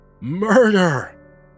Murder